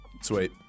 sweet